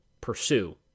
pursue